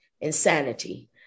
Insanity